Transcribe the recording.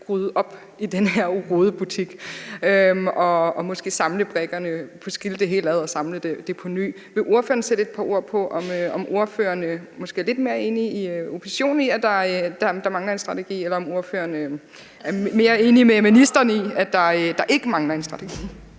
kan rydde op i den her rodebutik og måske kan skille det hele ad og samle det på ny. Vil ordføreren sætte et par ord på, om ordføreren måske er lidt mere enig med oppositionen i, at der mangler en strategi, eller om ordføreren er mere enig med ministeren i, at der ikke mangler en strategi?